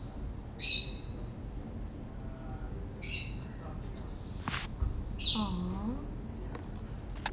orh